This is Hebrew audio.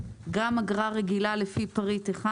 גם אגרה רגילה לפי פריט (1)